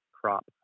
crop